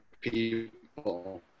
people